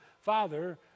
Father